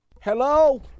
Hello